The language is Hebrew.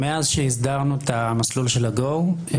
מאז שהסדרנו את המסלול של ה-go הם